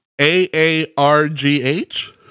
A-A-R-G-H